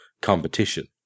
competition